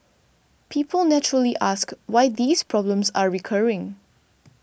people naturally ask why these problems are recurring